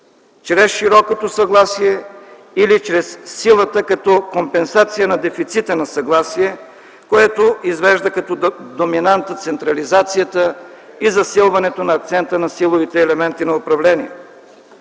чрез широкото съгласие или чрез силата като компенсация на дефицита на съгласие, което извежда като доминанта централизацията и засилването на акцента на силовите елементи на управление.